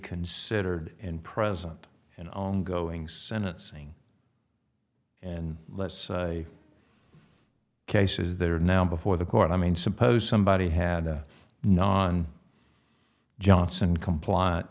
considered in present and ongoing sentencing and less cases that are now before the court i mean suppose somebody had a non johnson compliant